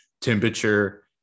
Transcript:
temperature